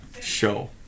show